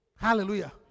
Hallelujah